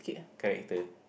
character